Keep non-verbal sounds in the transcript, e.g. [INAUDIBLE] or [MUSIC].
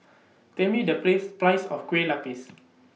Tell Me The Press Price of Kue Lupis [NOISE]